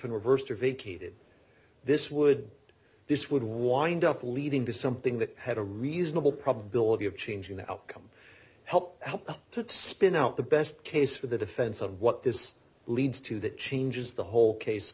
vacated this would this would wind up leading to something that had a reasonable probability of changing the outcome help to spin out the best case for the defense of what this leads to that changes the whole case